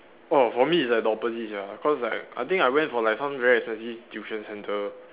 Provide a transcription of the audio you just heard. oh for me it's like the opposite sia cause like I think I went for like some very expensive tuition centre